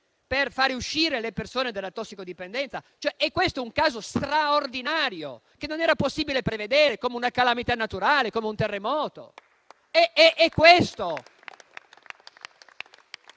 per fare uscire le persone dalla tossicodipendenza? Questo è un caso straordinario che non era possibile prevedere, come una calamità naturale o un terremoto?